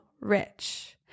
rich